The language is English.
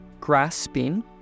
grasping